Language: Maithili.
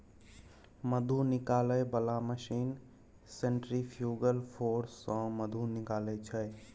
मधु निकालै बला मशीन सेंट्रिफ्युगल फोर्स सँ मधु निकालै छै